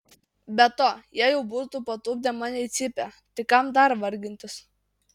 be to jie jau būtų patupdę mane į cypę tai kam dar vargintis